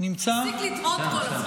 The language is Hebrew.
תפסיק לתהות כל הזמן.